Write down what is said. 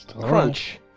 Crunch